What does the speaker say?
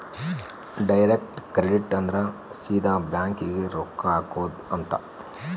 direct credit ಅಂದ್ರ ಸೀದಾ bank ಗೇ ರೊಕ್ಕ ಹಾಕೊಧ್ ಅಂತ